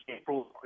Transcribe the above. April